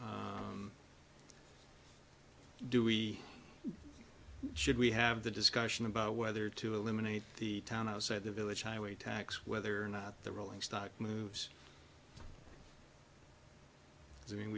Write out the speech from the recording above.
do we should we have the discussion about whether to eliminate the town outside the village highway tax whether or not the rolling stock moves